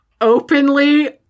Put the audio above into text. openly